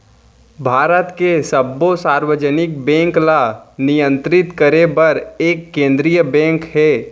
भारत के सब्बो सार्वजनिक बेंक ल नियंतरित करे बर एक केंद्रीय बेंक हे